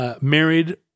married